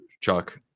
Chuck